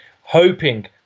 hoping